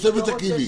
יש להם את הכלים.